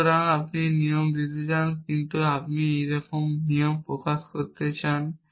সুতরাং আমাকে একই নিয়ম নিতে দিন কিন্তু আমি এই মত কিছু প্রকাশ করতে চান